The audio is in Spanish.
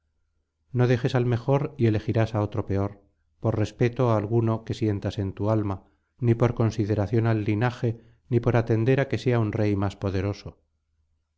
no dejes al mejor y elijas á otro peor por respeto alguno que sientas en tu alma ni por consideración al linaje ni por atender á que sea un rey más poderoso